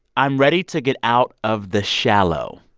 i'm ready to get out of the shallow.